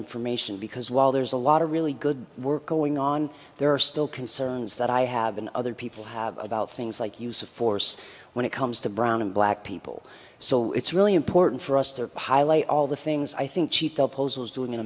information because while there's a lot of really good work going on there are still concerns that i have been other people have about things like use of force when it comes to brown and black people so it's really important for us to highlight all the things i think she